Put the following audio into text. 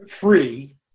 free